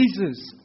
Jesus